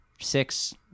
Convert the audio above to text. six